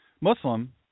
Muslim